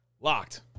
LOCKED